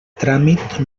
tràmit